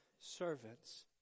servants